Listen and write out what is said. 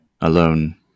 alone